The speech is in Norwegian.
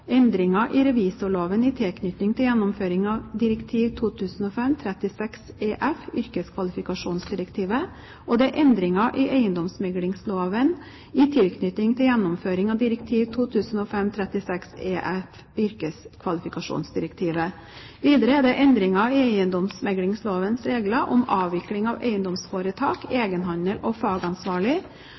endringer i revisorloven i tilknytning til gjennomføringen av direktiv 2005/36/EF, yrkeskvalifikasjonsdirektivet, og det er endringer i eiendomsmeglingsloven i tilknytning til gjennomføringen av direktiv 2005/36/EF, yrkeskvalifikasjonsdirektivet. Videre er det endringer i eiendomsmeglingslovens regler om avvikling av eiendomsforetak, egenhandel og fagansvarlig,